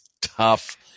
tough